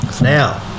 Now